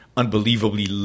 unbelievably